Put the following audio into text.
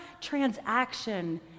transaction